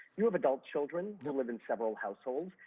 you have adult children who live in several households.